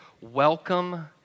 welcome